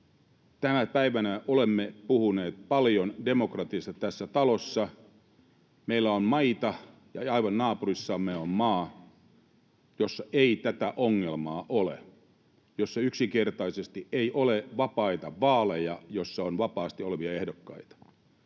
Tänä päivänä olemme puhuneet paljon demokratiasta tässä talossa. Meillä on maita ja aivan naapurissamme on maa, jossa ei tätä ongelmaa ole, jossa yksinkertaisesti ei ole vapaita vaaleja, joissa on vapaasti olevia ehdokkaita.